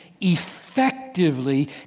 effectively